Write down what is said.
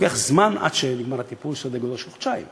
ולוקח זמן עד שנגמר הטיפול שדורש חודשיים.